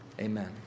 Amen